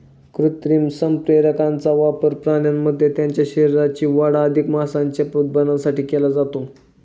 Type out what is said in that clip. कृत्रिम संप्रेरकांचा वापर प्राण्यांमध्ये त्यांच्या शरीराची वाढ अधिक मांसाच्या उत्पादनासाठी केला जातो